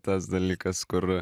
tas dalykas kur